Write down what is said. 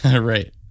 Right